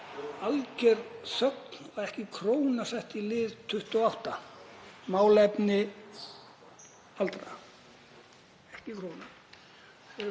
algjör þögn og ekki króna sett í lið 28 Málefni aldraðra, ekki króna.